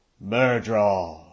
Murder